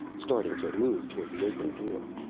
starting to move toward the open door.